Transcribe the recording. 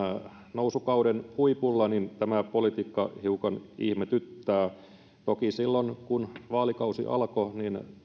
nousukauden huipulla tämä politiikka hiukan ihmetyttää toki silloin kun vaalikausi alkoi